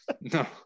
no